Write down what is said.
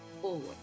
forward